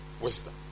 wisdom